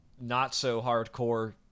not-so-hardcore